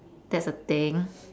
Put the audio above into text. that's a thing